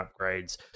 upgrades